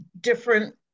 different